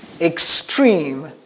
extreme